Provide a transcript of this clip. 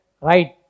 Right